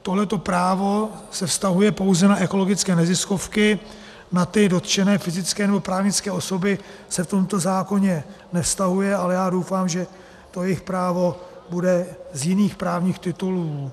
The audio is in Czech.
Tohle právo se vztahuje pouze na ekologické neziskovky, na dotčené fyzické nebo právnické osoby se to v tomto zákoně nevztahuje, ale já doufám, že jejich právo bude z jiných právních titulů.